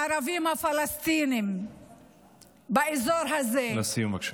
הערבים הפלסטינים באזור הזה, לסיום, בבקשה.